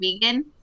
vegan